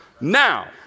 Now